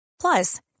Plus